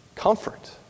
Comfort